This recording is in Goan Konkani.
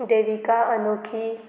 देविका अनोखी